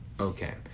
Okay